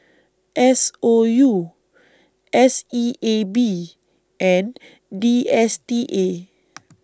S O U S E A B and D S T A